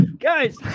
guys